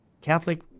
Catholic